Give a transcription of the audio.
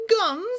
guns